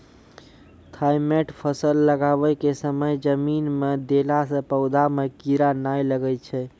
Thimet फ़सल लगाबै के समय जमीन मे देला से पौधा मे कीड़ा नैय लागै छै?